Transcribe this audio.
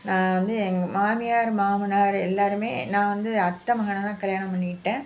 நான் வந்து எங்கள் மாமியார் மாமனார் எல்லாருமே நான் வந்து அத்தை மகன தான் கல்யாணம் பண்ணிக்கிட்டேன்